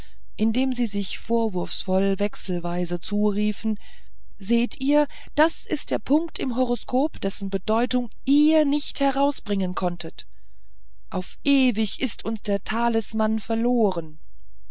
indem sie sich vorwurfsvoll wechselsweise zuriefen seht ihr das war der punkt im horoskop dessen bedeutung ihr nicht herausbringen konntet auf ewig ist uns der talisman verloren